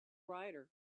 rider